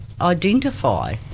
identify